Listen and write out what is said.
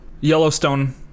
Yellowstone